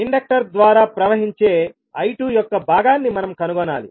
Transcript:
inductor ద్వారా ప్రవహించే I2 యొక్క భాగాన్ని మనం కనుగొనాలి